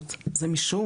יש עובדה.